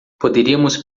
poderíamos